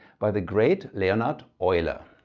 by the great leonard euler,